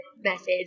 message